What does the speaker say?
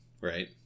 right